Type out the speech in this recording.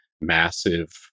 massive